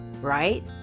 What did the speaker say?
right